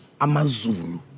amazulu